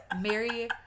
Mary